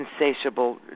insatiable